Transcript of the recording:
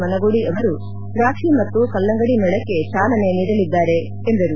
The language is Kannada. ಮನಗೋಳಿ ಅವರು ದ್ರಾಕ್ಷಿ ಮತ್ತು ಕಲ್ಲಂಗಡಿ ಮೇಳಕ್ಕೆ ಚಾಲನೆ ನೀಡಲಿದ್ದಾರೆ ಎಂದರು